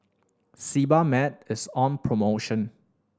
Sebamed is on promotion